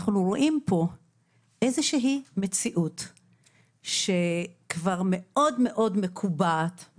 אנחנו רואים פה איזה שהיא מציאות שכבר מאוד מאוד מקובעת,